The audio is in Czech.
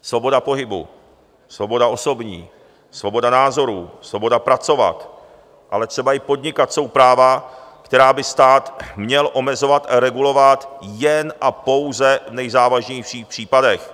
Svoboda pohybu, svoboda osobní, svoboda názorů, svoboda pracovat, ale třeba i podnikat jsou práva, která by stát měl omezovat a regulovat jen a pouze v nejzávažnějších případech.